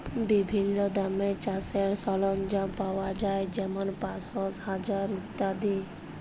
বিভিল্ল্য দামে চাষের সরল্জাম পাউয়া যায় যেমল পাঁশশ, হাজার ইত্যাদি